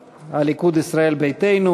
הליכוד, ישראל ביתנו.